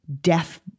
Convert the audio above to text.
death